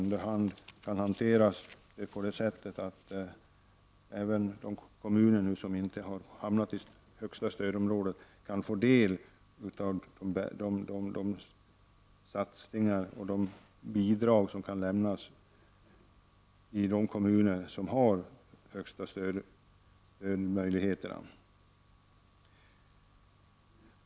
Även de kommuner som inte har hamnat i det högsta stödområdet borde kunna få del av de satsningar som görs och de bidrag som lämnas till de kommuner som har de största möjligheterna att få stöd.